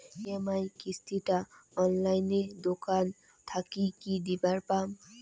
EMI কিস্তি টা অনলাইনে দোকান থাকি কি দিবার পাম?